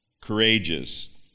courageous